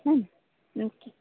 હાને okay